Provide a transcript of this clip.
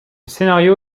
scénario